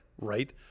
right